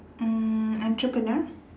um entrepreneur